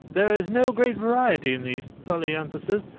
there is no great variety in these polyanthuses.